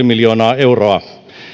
miljoonaa euroa